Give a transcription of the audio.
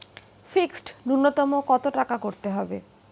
Fixed নুন্যতম কত টাকা করতে হবে?